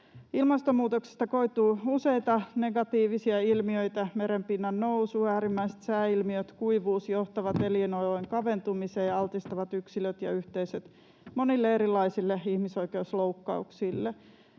Ilmastonmuutoksesta koituu useita negatiivisia ilmiöitä. Merenpinnan nousu, äärimmäiset sääilmiöt ja kuivuus johtavat elinolojen kaventumiseen ja altistavat yksilöt ja yhteisöt monille erilaisille ihmisoikeusloukkauksille.